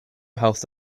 health